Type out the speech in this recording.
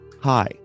Hi